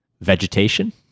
vegetation